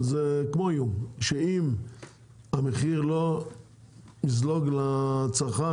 אבל זה כמו איום, שאם המחיר לא יזלוג לצרכן,